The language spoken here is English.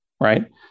right